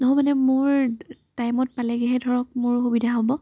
নহয় মানে মোৰ টাইমত পালেগেহে ধৰক মোৰ সুবিধা হ'ব